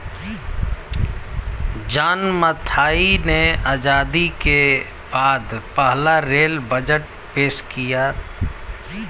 John Mathai ने आजादी के बाद पहला रेल बजट पेश किया